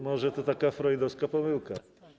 Może to taka freudowska pomyłka.